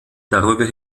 darüber